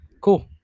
Cool